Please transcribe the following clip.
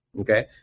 Okay